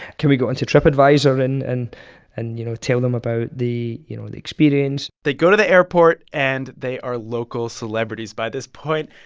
can we go into tripadvisor and, and and you know, tell them about the you know, the experience? they go to the airport, and they are local celebrities by this point.